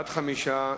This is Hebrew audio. בעד, 5,